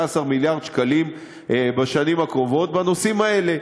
מיליארד שקלים בשנים הקרובות בנושאים האלה.